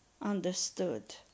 understood